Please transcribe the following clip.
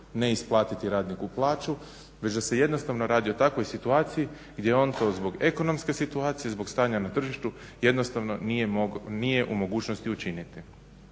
neisplatiti radniku plaću već da se jednostavno radi o takvoj situaciji gdje on to zbog ekonomske situacije, zbog stanja na tržištu jednostavno nije u mogućnosti učiniti.